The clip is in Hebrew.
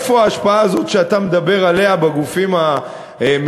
איפה ההשפעה הזאת שאתה מדבר עליה בגופים המשדרים?